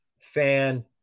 fan